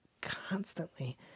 constantly